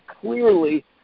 clearly